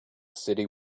city